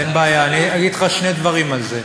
אני אגיד לך שני דברים על זה: